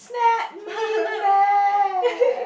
snap me back